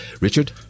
Richard